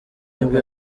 nibwo